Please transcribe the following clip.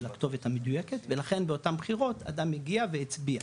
הכתובת המדויקת ולכן באותם בחירות אדם הגיע והצביע,